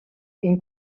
این